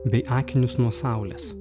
bei akinius nuo saulės